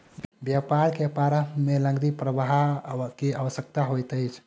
व्यापार के प्रारम्भ में नकदी प्रवाह के आवश्यकता होइत अछि